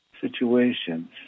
situations